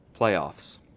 playoffs